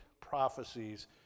prophecies